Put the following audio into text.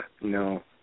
no